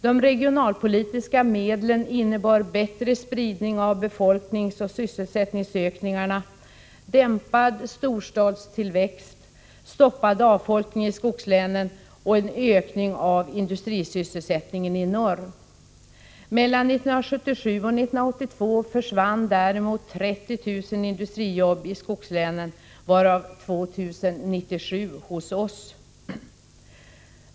De regionalpolitiska medlen innebar bättre spridning av befolkningsoch sysselsättningsökningarna, dämpad storstadstillväxt, stoppad avfolkning i skogslänen och en ökning av industrisysselsättningen i norr. Mellan 1977 och 1982 försvann däremot 30 000 industrijobb i skogslänen, varav 2 097 hos oss.